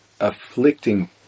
afflicting